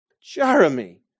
Jeremy